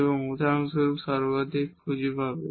এবং উদাহরণস্বরূপ মাক্সিমাম খুঁজে পাবে